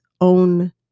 own